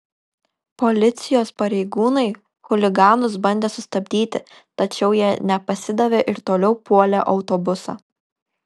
policijos pareigūnai chuliganus bandė sustabdyti tačiau jie nepasidavė ir toliau puolė autobusą